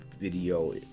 video